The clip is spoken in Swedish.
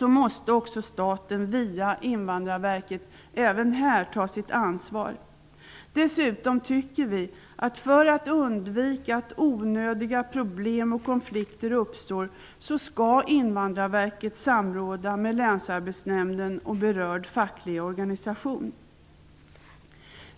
måste staten via Invandrarverket även här ta sitt ansvar. Dessutom tycker vi att för att undvika att onödiga problem och konflikter uppstår, skall Invandrarverket samråda med Länsarbetsnämnden och berörd facklig organisation.